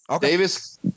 davis